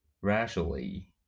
racially